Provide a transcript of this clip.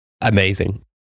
amazing